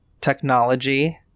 technology